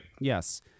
Yes